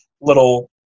little